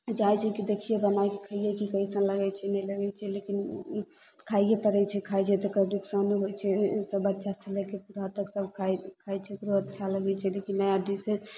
जाइ छै कि देखियै बना कऽ खैयै कि कैसन लगय छै नहि लगय छै लेकिन खाइये पड़य छै खाइ छै तऽ एकर नुकसानो होइ छै बच्चासँ लेके बूढ़ा तक सब खाइ खाइ छै तऽ ओकरो अच्छा लगय छै लेकिन नया डिश हइ